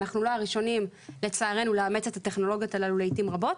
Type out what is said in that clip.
אנחנו לא הראשונים לצערנו לאמץ את הטכנולוגיות הללו לעיתים רבות,